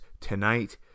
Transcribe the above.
tonight